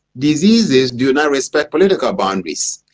diseases do not respect political boundaries,